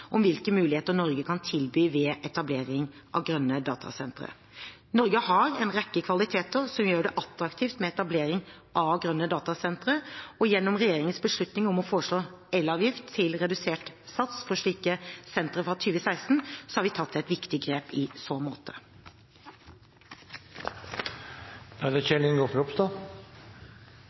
om hvilke muligheter Norge kan tilby ved etablering av grønne datasentre. Norge har en rekke kvaliteter som gjør det attraktivt med etablering av grønne datasentre. Gjennom regjeringens beslutning om å foreslå elavgift til redusert sats for slike sentre fra 2016 har vi tatt et viktig grep i så måte. Jeg vil takke statsråden for et godt svar. Jeg er